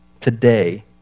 today